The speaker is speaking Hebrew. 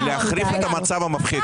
לגמרי, לחלוטין, להחריף את המצב המפחיד.